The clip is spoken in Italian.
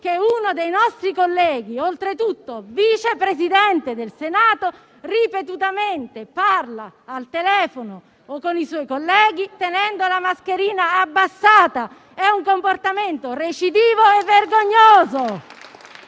uno dei nostri colleghi, oltretutto Vice Presidente del Senato, ripetutamente parla al telefono o con i suoi colleghi tenendo la mascherina abbassata. È un comportamento recidivo e vergognoso,